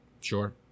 Sure